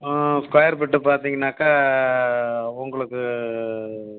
square feet பார்த்தீங்கன்னாக்க உங்களுக்கு